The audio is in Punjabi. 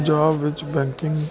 ਪੰਜਾਬ ਵਿੱਚ ਬੈਂਕਿੰਗ ਅਤੇ